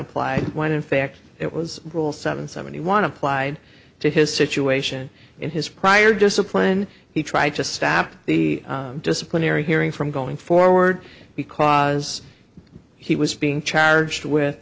apply when in fact it was rule seven seventy one applied to his situation in his prior discipline he tried to stop the disciplinary hearing from going forward because he was being charged with